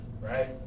Right